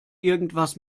irgendwas